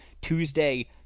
Tuesday